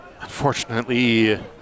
unfortunately